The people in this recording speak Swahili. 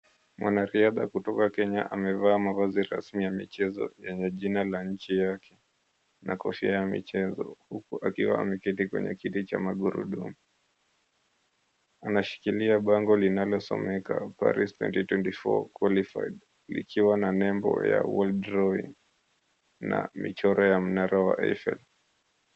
Mwanariadha kutoka Kenya amevaa mavazi rasmi ya michezo yenye jina la nchi yake, na kofia ya michezo huku akiwa ameketi kwenye kiti cha magurudumu. Anashikilia bango linalosomeka Paris 2024 qualified likiwa na nembo ya World rowing na michoro ya mnara wa Eiffel.